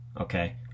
Okay